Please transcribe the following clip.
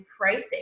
pricing